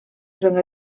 rhwng